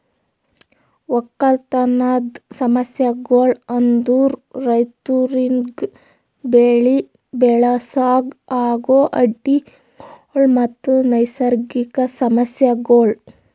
ಒಕ್ಕಲತನದ್ ಸಮಸ್ಯಗೊಳ್ ಅಂದುರ್ ರೈತುರಿಗ್ ಬೆಳಿ ಬೆಳಸಾಗ್ ಆಗೋ ಅಡ್ಡಿ ಗೊಳ್ ಮತ್ತ ನೈಸರ್ಗಿಕ ಸಮಸ್ಯಗೊಳ್